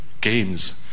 Games